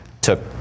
took